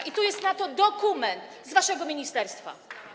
I tu jest na to dokument z waszego ministerstwa.